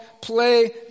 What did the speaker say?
play